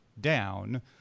down